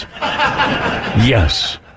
Yes